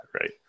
right